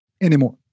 anymore